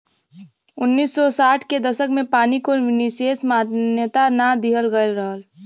उन्नीस सौ साठ के दसक में पानी को विसेस मान्यता ना दिहल गयल रहल